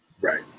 right